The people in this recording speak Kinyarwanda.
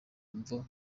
mvo